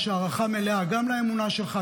יש הערכה מלאה גם לאמונה שלך,